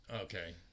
Okay